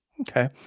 Okay